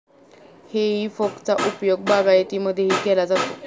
हेई फोकचा उपयोग बागायतीमध्येही केला जातो